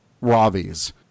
Ravi's